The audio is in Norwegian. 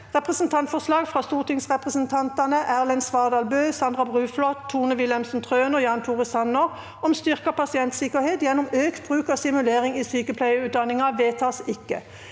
Representantforslag fra stortingsrepresentantene Erlend Svardal Bøe, Sandra Bruflot, Tone Wilhelmsen Trøen og Jan Tore Sanner om styrket pasientsikkerhet gjennom økt bruk av simulering i sykepleierutdanningen (Innst.